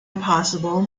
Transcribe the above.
impossible